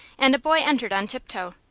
and a boy entered on tiptoe.